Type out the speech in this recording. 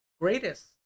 greatest